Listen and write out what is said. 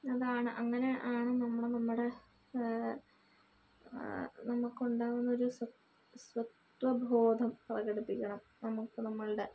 അതാണ് അങ്ങനെ ആണ് നമ്മൾ നമ്മുടെ നമ്മുക്കുണ്ടാവുന്നൊരു സ്വ സ്വത്വബോധം പ്രകടിപ്പിക്കണം നമുക്ക് നമ്മളുടെ